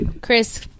Chris